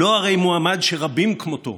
"לא הרי מועמד שרבים כמותו